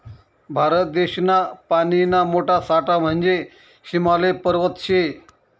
भारत देशना पानीना मोठा साठा म्हंजे हिमालय पर्वत शे